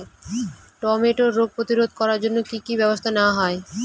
টমেটোর রোগ প্রতিরোধে জন্য কি কী ব্যবস্থা নেওয়া হয়?